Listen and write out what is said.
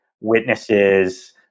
witnesses